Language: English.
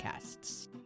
podcasts